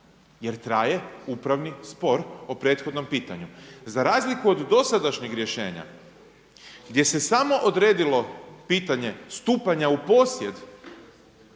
jer traje upravni spor o prethodnom pitanju. Za razliku od dosadašnjeg rješenja gdje se samo odredilo pitanje stupanja u posjed,